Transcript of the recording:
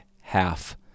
half